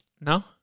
No